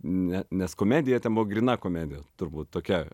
ne nes komedija ten buvo gryna komedija turbūt tokia